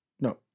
No